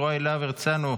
יוראי להב הרצנו,